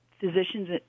physicians